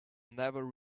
never